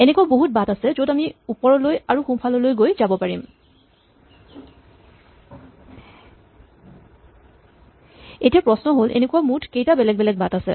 এনেকুৱা বহুত বাট আছে য'ত আমি ওপৰলৈ আৰু সোঁফাললৈ গৈ যাব পাৰিম এতিয়া প্ৰশ্ন হ'ল এনেকুৱা মুঠ কেইটা বেলেগ বেলেগ বাট আছে